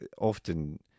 often